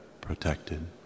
protected